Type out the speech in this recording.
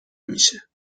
میشه